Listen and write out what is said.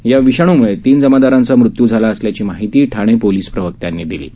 या विषाणूमुळे तीन जमादारांचा मृत्यू झाला असल्याची माहिती ठाणे पोलीस प्रवक्त्यांनी दिली आहे